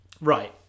right